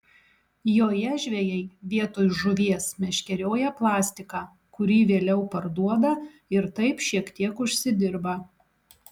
joje žvejai vietoj žuvies meškerioja plastiką kurį vėliau parduoda ir taip šiek tiek užsidirba